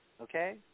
Okay